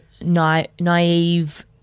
naive